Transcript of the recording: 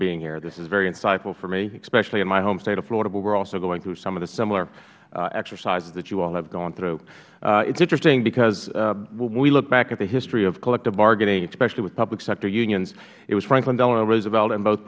being here this is very insightful for me especially in my home state of florida where we are also going through some of the similar exercises that you all have gone through it is interesting because when we look back at the history of collective bargaining especially with public sector unions it was franklin delano roosevelt and both